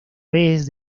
vez